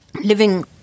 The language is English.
Living